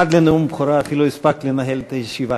עד לנאום הבכורה אפילו הספקת לנהל את הישיבה.